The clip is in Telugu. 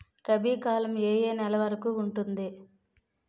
రబీ కాలం ఏ ఏ నెల వరికి ఉంటుంది?